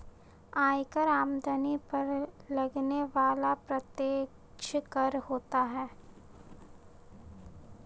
आयकर आमदनी पर लगने वाला प्रत्यक्ष कर होता है